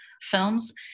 films